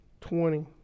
twenty